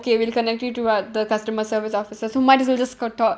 okay we'll connect you to our the customer service officer so might as well just go talk